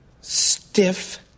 stiff